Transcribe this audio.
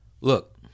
look